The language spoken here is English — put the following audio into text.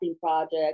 project